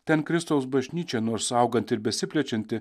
ten kristaus bažnyčia nors auganti ir besiplečianti